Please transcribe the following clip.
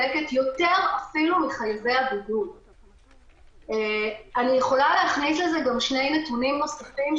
טכנולוגי ממוחשב ומשרד הבריאות אמור להעביר אותם למשטרה.